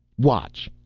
watch!